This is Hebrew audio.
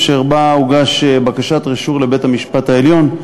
אשר לגביה הוגשה בקשת רשות ערעור לבית-המשפט העליון.